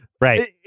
Right